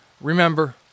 remember